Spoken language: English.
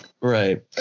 Right